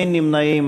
אין נמנעים.